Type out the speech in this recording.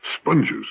sponges